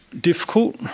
difficult